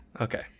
Okay